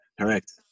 correct